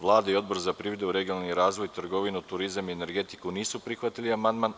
Vlada i Odbor za privredu, regionalni razvoj, trgovinu, turizam i energetiku nisu prihvatili amandman.